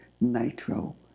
nitro